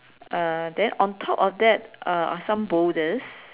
uh then on top of that uh are some boulders